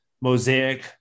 Mosaic